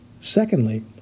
Secondly